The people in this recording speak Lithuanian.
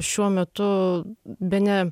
šiuo metu bene